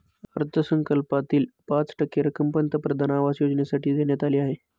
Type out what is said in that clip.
अर्थसंकल्पातील पाच टक्के रक्कम पंतप्रधान आवास योजनेसाठी देण्यात आली आहे